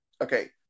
Okay